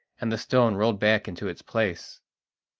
and the stone rolled back into its place.